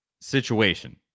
situation